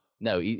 no